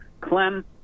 Clem